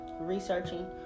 researching